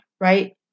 right